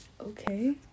Okay